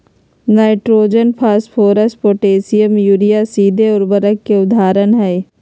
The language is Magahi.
नाइट्रोजन, फास्फोरस, पोटेशियम, यूरिया सीधे उर्वरक के उदाहरण हई